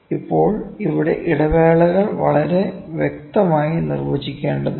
ഇപ്പോൾ ഇവിടെ ഇടവേളകൾ വളരെ വ്യക്തമായി നിർവചിക്കേണ്ടതുണ്ട്